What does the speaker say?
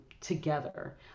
together